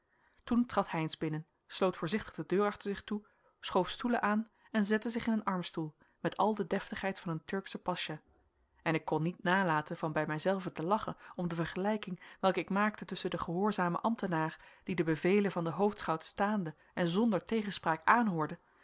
toen trad heynsz binnen sloot voorzichtig de deur achter zich toe schoof stoelen aan en zette zich in een armstoel met al de deftigheid van een turkschen pacha en ik kon niet nalaten van bij mijzelven te lachen om de vergelijking welke ik maakte tusschen den gehoorzamen ambtenaar die de bevelen van den hoofdschout staande en zonder tegenspraak aanhoorde